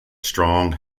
strong